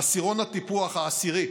בעשירון הטיפוח 10,